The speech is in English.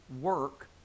work